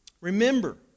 Remember